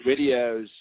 videos